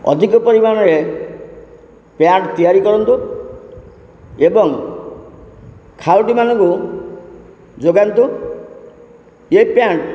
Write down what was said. ଅଧିକ ପରିମାଣରେ ପ୍ୟାଣ୍ଟ୍ ତିଆରି କରନ୍ତୁ ଏବଂ ଖାଉଟି ମାନଙ୍କୁ ଯୋଗାନ୍ତୁ ଏ ପ୍ୟାଣ୍ଟ୍